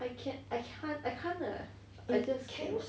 I can't I can't I can't err I just